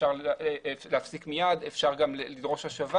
אפשר להפסיק מייד, אפשר לדרוש השבה